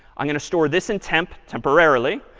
i'm going to store this in temp temporarily.